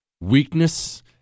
Weakness